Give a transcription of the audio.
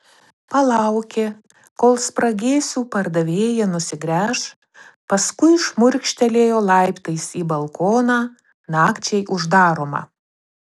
palaukė kol spragėsių pardavėja nusigręš paskui šmurkštelėjo laiptais į balkoną nakčiai uždaromą